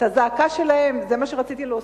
את הזעקה שלהם, זה מה שרציתי להוסיף,